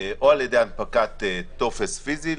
או על ידי הנפקת טופס פיזי,